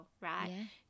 right